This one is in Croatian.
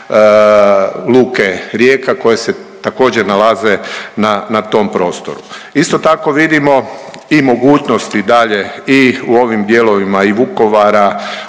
luke Rijeka koje se također nalaze na, na tom prostoru. Isto tako vidimo i mogućnosti dalje i u ovim dijelovima i Vukovara,